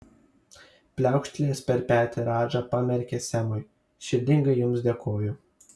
pliaukštelėjęs per petį radža pamerkė semui širdingai jums dėkoju